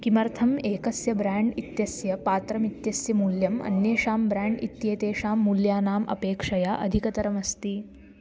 किमर्थम् एकस्य ब्राण्ड् इत्यस्य पात्रम् इत्यस्य मूल्यम् अन्येषां ब्राण्ड् इत्येतेषां मूल्यानाम् अपेक्षया अधिकतरमस्ति